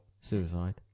Suicide